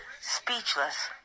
speechless